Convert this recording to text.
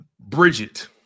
Bridget